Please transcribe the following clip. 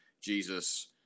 Jesus